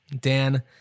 Dan